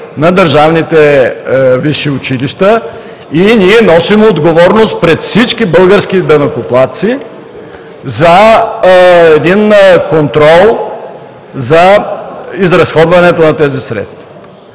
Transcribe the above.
на държавните висши училища и ние носим отговорност пред всички български данъкоплатци за контрола върху изразходването на тези средства.